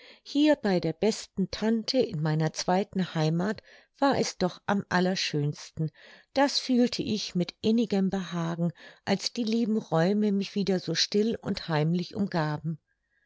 hier bei der besten tante in meiner zweiten heimath war es doch am allerschönsten das fühlte ich mit innigem behagen als die lieben räume mich wieder so still und heimlich umgaben